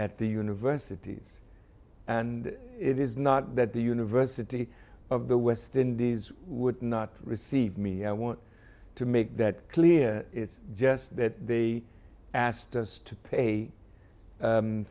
at the universities and it is not that the university of the west indies would not receive me i want to make that clear it's just that they asked us to pay